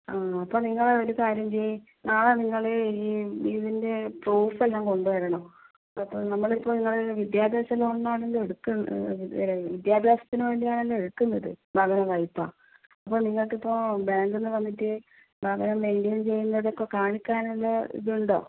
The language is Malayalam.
ആണോ അപ്പോൾ നിങ്ങൾ ഒരു കാര്യം ചെയ്യ് നാളെ നിങ്ങള് ഈ ഇതിൻ്റെ പ്രൂഫ് എല്ലാം കൊണ്ടുവരണം നമ്മൾ ഇപ്പോൾ നിങ്ങള് വിദ്യാഭ്യാസ ലോൺ ആണല്ലോ എടുക്കുന്ന ആ വിദ്യാഭ്യാസത്തിന് വേണ്ടി ആണല്ലോ എടുക്കുന്നത് ഭവന വായ്പ്പ അപ്പോൾ നിങ്ങൾക്ക് ഇപ്പോൾ ബാങ്കിൽ വന്നിട്ട് ഭവനം മെയിൻടൈൻ ചെയ്യുന്നതൊക്കെ കാണിക്കാൻ ഉള്ള ഇതുണ്ടോ